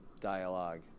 dialogue